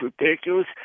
ridiculous